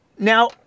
Now